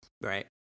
Right